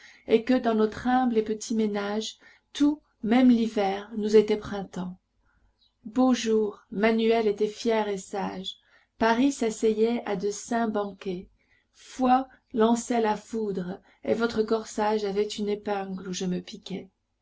et que dans notre humble et petit ménage tout même l'hiver nous était printemps beaux jours manuel était fier et sage paris s'asseyait à de saints banquets foy lançait la foudre et votre corsage avait une épingle où je me piquais